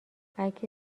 اگه